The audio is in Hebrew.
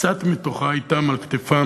קצת מתוכה, אתם על כתפם,